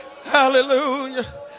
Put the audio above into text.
Hallelujah